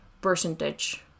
percentage